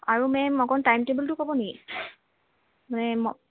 আৰু মেম অকণ টাইম টেবুলটো ক'ব নেকি মানে ম